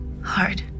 hard